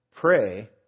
Pray